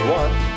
one